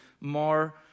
more